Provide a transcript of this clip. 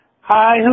Hi